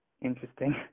interesting